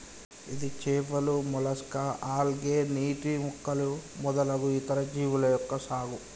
ఇది చేపలు, mollusca, algae, నీటి మొక్కలు మొదలగు ఇతర జీవుల యొక్క సాగు